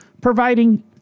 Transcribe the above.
providing